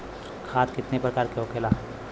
खाद कितने प्रकार के होखेला?